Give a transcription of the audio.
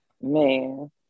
Man